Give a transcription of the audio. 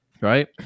right